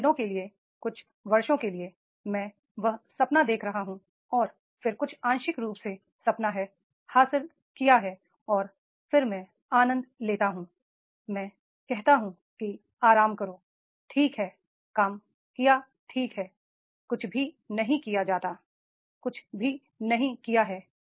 कुछ दिनों के लिए कुछ वर्षों के लिए मैं वह सपना देख रहा हूं और फिर कुछ आंशिक रूप से सपना है हासिल किया है और फिर मैं आनंद लेता हूं मैं कहता हूं कि आराम करो ठीक है काम किया ठीक है कुछ भी नहीं किया जाता है कुछ भी नहीं किया है